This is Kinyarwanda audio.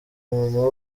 mama